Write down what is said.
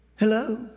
hello